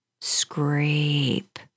Scrape